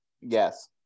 Yes